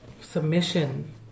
Submission